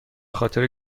خاطر